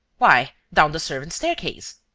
why, down the servants' staircase.